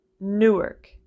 Newark